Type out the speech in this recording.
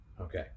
Okay